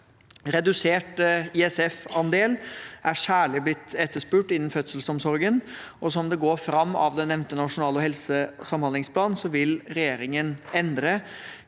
Redusert ISF-andel er særlig blitt etterspurt innen fødselsomsorgen. Som det går fram av den nevnte nasjonale helse- og samhandlingsplanen, vil regjeringen endre